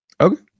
Okay